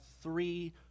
three